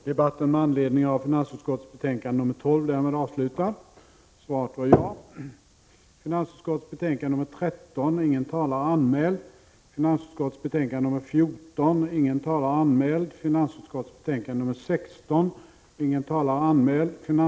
Herr talman! Vi har velat vara så effektiva, Lisbet Calner, att vi har föreslagit besparingar. Jag antar att rödpennan har farit fram ganska flitigt i finansdepartementet, och vi har här velat ge ett enkelt tips på en punkt där det verkligen funnits anledning att använda den. Kammaren övergick därför till att debattera finansutskottets betänkande 17 om anslag för budgetåret 1987/88 till riksgäldskontoret.